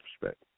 Respect